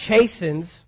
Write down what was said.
chastens